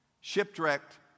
shipwrecked